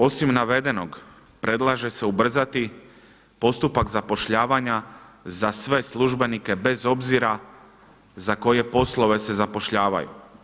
Osim navedenog predlaže se ubrzati postupak zapošljavanja za sve službenike bez obzira za koje poslove se zapošljavaju.